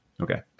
Okay